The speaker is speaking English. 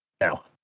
now